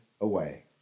away